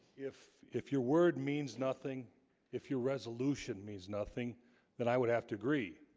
if if your word means nothing if your resolution means nothing then i would have to agree